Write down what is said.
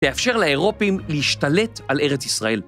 ‫תאפשר לאירופים להשתלט על ארץ ישראל.